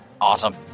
Awesome